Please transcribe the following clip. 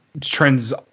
Trends